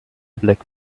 black